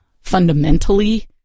fundamentally